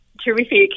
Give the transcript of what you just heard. terrific